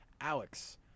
Alex